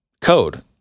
code